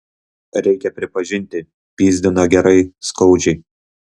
reikia pripažinti pyzdina gerai skaudžiai